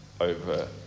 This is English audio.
over